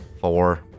four